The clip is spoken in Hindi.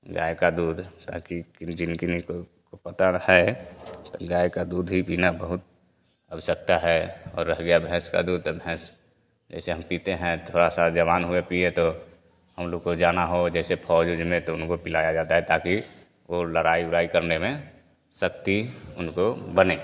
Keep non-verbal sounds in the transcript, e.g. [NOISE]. गाय का दूध ताकी [UNINTELLIGIBLE] हो बटर है गाय का दूध ही पीना बहुत आवश्कता है और रह गया भैंस का दूध त भैंस जिसे हम पीते हैं थोड़ा सा जवान हो गए पिए तो हम लोग को जाना हो जैसे फौज ओज में तो पिलाया जाता है ताकी वो लड़ाई उराई करने में शक्ति उनको बनें